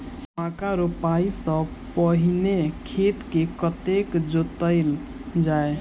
मक्का रोपाइ सँ पहिने खेत केँ कतेक जोतल जाए?